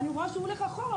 אני רואה שהוא הולך אחורה,